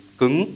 cứng